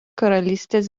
karalystės